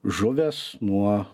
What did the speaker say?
žuvęs nuo